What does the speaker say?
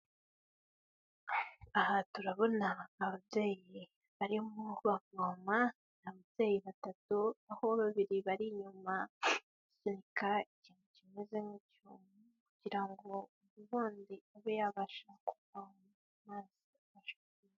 Aha turabona ababyeyi barimo bavoma ababyeyi batatu aho babiri bari inyumaka igihe kimeze nk'icyuma kugira ngo bandi abe yabashafasha kuvoma.